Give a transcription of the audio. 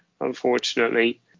unfortunately